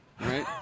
right